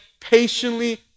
patiently